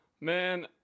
Man –